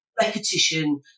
repetition